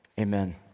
Amen